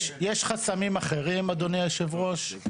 יש חסמים אחרים אדוני יושב הראש,